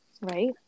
right